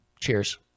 Cheers